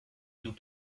nous